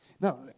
Now